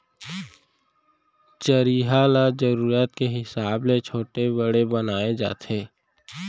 चरिहा ल जरूरत के हिसाब ले छोटे बड़े बनाए जाथे